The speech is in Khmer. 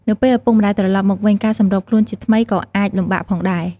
នៅពេលឪពុកម្តាយត្រឡប់មកវិញ ការសម្របខ្លួនជាថ្មីក៏អាចលំបាកផងដែរ។